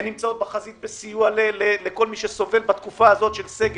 הן נמצאות בחזית בסיוע לכל מי שסובל בתקופה הזאת של סגר,